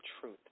truth